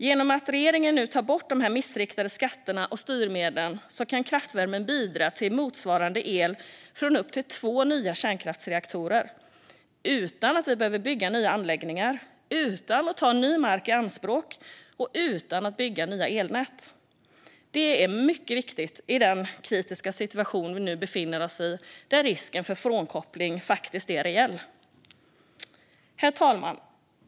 Genom att regeringen nu tar bort de missriktade skatterna och styrmedlen kan kraftvärmen bidra till motsvarande el från upp till två nya kärnkraftsreaktorer utan att vi behöver bygga nya anläggningar, utan att ta ny mark i anspråk och utan att bygga nya elnät. Det är mycket viktigt i den kritiska situation som vi nu befinner oss i där risken för frånkoppling faktiskt är reell. Herr talman!